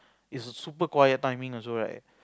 it's a super quiet timing also right